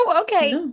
okay